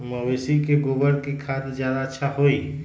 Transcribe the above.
मवेसी के गोबर के खाद ज्यादा अच्छा होई?